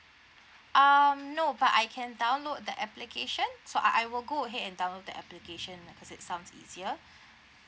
um no but I can download the application so I I will go ahead and download the application cause it sounds easier